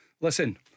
listen